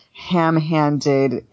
ham-handed